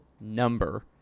number